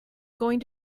going